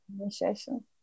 initiation